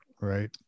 right